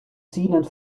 zealand